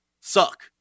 suck